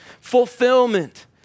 fulfillment